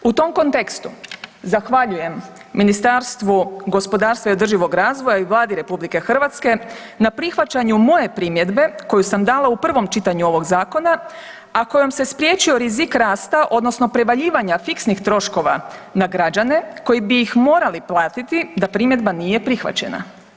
U tom kontekstu zahvaljujem Ministarstvu gospodarstva i održivoga razvoja i Vladi RH na prihvaćanju moje primjedbe koju sam dala u prvom čitanju ovog Zakona, a kojom se spriječio rizik rasta odnosno prevaljivanja fiksnih troškova na građane koji bi ih morali platiti da primjedba nije prihvaćena.